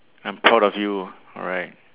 I'm proud of you alright